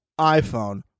iPhone